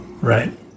right